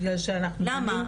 למה?